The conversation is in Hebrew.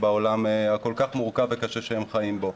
בעולם הכל כך מורכב וקשה שהם חיים בו.